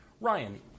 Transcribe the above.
Ryan